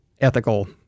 ethical